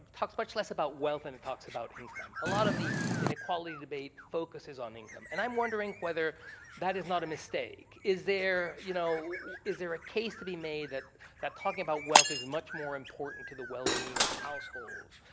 talks much less about wealth and talks abut income. a lot of the inequality debate focuses on income, and i'm wondering whether that is not a mistake. is there you know is there a case to be made that that talking about wealth is much more important to the well-being of households,